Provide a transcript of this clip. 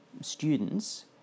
students